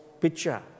picture